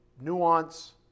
nuance